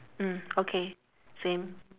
mm okay same